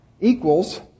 equals